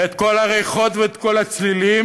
ואת כל הריחות ואת כל הצלילים,